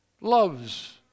loves